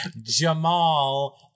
Jamal